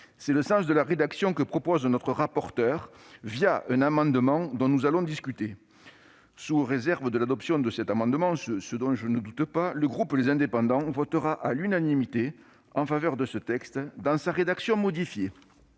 est le sens de la rédaction que propose notre rapporteur, un amendement dont nous allons discuter. Sous réserve de l'adoption de cet amendement, dont je ne doute pas, le groupe Les Indépendants votera à l'unanimité en faveur de ce texte, dans sa rédaction modifiée.